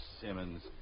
Simmons